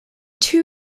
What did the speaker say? two